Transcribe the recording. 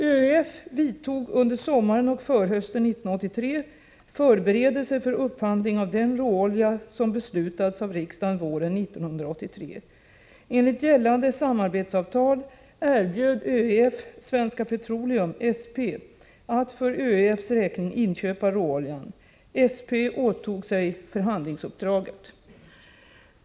ÖEF vidtog under sommaren och förhösten 1983 förberedelser för upphandling av den råolja som beslutats av riksdagen våren 1983. Enligt gällande samarbetsavtal erbjöd ÖEF Svenska Petroleum att för ÖEF:s räkning inköpa råoljan. SP åtog sig upphandlingsuppdraget.